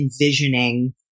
envisioning